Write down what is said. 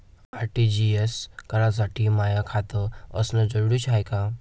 RTGS करासाठी माय खात असनं जरुरीच हाय का?